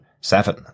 seven